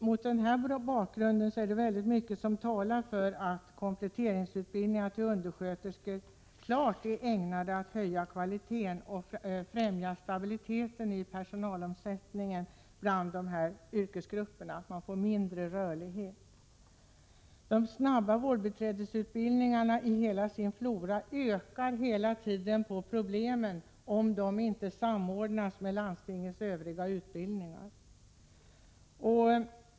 Mot den bakgrunden är det mycket som talar för att kompletteringskurserna för utbildning av undersköterskor skall vara ägnade att höja kvaliteten på yrkeskunskaperna och att främja stabiliteten inom yrket, varigenom personalomsättningen kan komma att minska. Jag vill i det här sammanhanget peka på fördelen med att planera så att de — Prot.